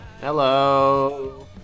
Hello